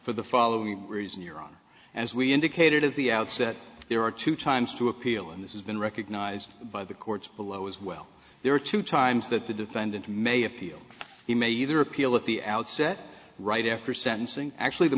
for the following reason you're on as we indicated of the outset there are two times to appeal and this has been recognized by the courts below as well there are two times that the defendant may appeal he may either appeal at the outset right after sentencing actually the